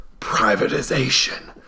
Privatization